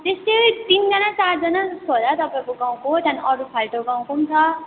त्यस्तै तिनजना चारजना जस्तो होला तपाईँको गाउँको त्यहाँदेखिन् अरू फाल्टो गाउँको पनि छ